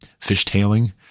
fishtailing